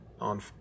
on